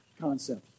concept